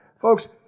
Folks